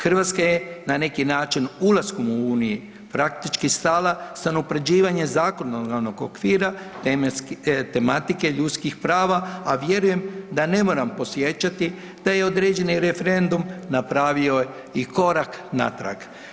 Hrvatska je na neki način ulaskom u uniji praktički stala s unapređivanjem zakonodavnog okvira tematike ljudskih prava, a vjerujem da ne moram podsjećati da je određeni referendum napravio i korak natrag.